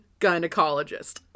gynecologist